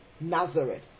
Nazareth